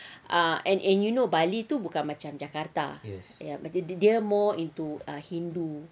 ah and and you know bali bukan macam jakarta macam dia more into ah hindu